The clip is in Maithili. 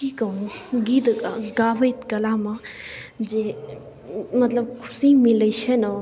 आओर की कहु गीत गाबैत कलामे जे मतलब खुशी मिलैत छै ने